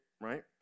right